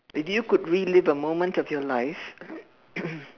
if you could relive a moment of your life